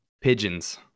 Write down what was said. Pigeons